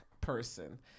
person